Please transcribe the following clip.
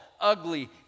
ugly